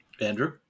Andrew